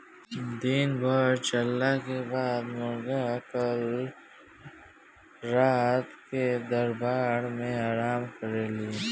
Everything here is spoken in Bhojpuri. दिन भर चरला के बाद मुर्गी कुल रात क दड़बा मेन आराम करेलिन